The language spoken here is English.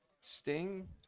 sting